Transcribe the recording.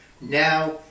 now